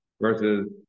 versus